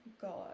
God